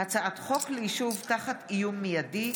הצעת חוק להגנה על קופת הציבור מפני דרישות כזב,